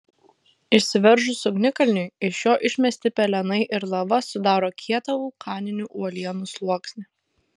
išsiveržus ugnikalniui iš jo išmesti pelenai ir lava sudaro kietą vulkaninių uolienų sluoksnį